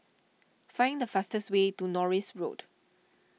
find the fastest way to Norris Road